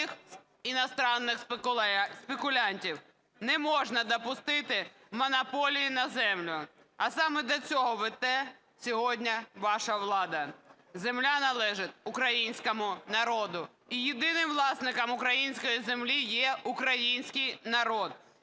нових иностранных спекулянтів. Не можна допустити монополії на землю, а саме до цього веде сьогодні ваша влада. Земля належить українському народу і єдиним власником української землі є український народ.